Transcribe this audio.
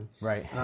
Right